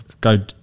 go